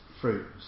fruits